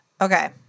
Okay